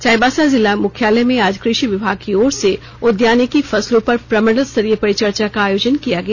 चाईबासा जिला मुख्यालय में आज कृषि विभाग की ओर से उद्यानिकी फसलों पर प्रमंडल स्तरीय परिचर्चा का आयोजन किया गया